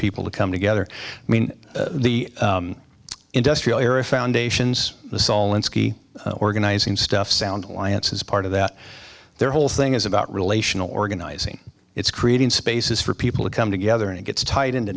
people to come together i mean the industrial era foundations the soul and ski organizing stuff sound alliance is part of that their whole thing is about relational organizing it's creating spaces for people to come together and it gets tied into